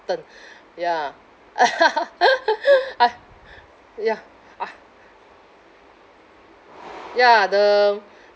~ton ya ah ya uh ya the